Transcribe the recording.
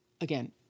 Again